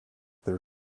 their